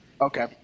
okay